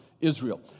Israel